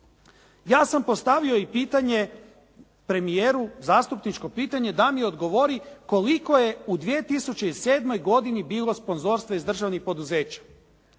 Ja sam i postavio pitanje premijeru, zastupničko pitanje koliko je u 2007. godini bilo sponzorstva iz državnih poduzeća.